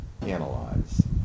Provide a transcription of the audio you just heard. analyze